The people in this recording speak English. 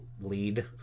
lead